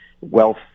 wealth